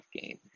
game